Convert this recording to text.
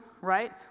right